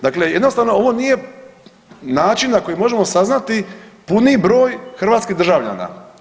Dakle, jednostavno ovo nije način na koji možemo saznati puni broj hrvatskih državljana.